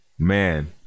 Man